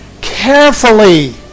carefully